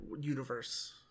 universe